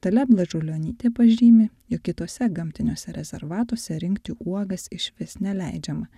dalia blažulionytė pažymi jog kituose gamtiniuose rezervatuose rinkti uogas išvis neleidžiama